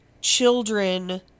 children